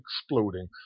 exploding